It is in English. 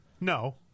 No